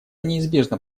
неизбежно